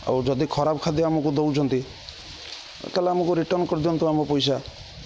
ଆଉ ଯଦି ଖରାପ ଖାଦ୍ୟ ଆମକୁ ଦଉଛନ୍ତି ତା'ହେଲେ ଆମକୁ ରିଟର୍ଣ୍ଣ କରିଦିଅନ୍ତୁ ଆମ ପଇସା